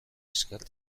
esker